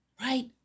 right